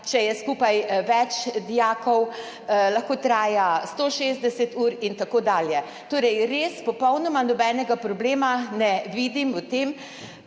če je skupaj več dijakov, 160 ur in tako dalje. Torej res popolnoma nobenega problema ne vidim v tem,